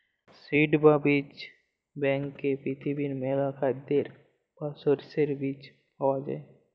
seed বা বীজ ব্যাংকে পৃথিবীর মেলা খাদ্যের বা শস্যের বীজ পায়া যাই